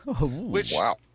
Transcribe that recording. wow